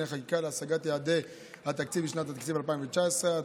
חקיקה להשגת יעדי התקציב לשנת התקציב 2019),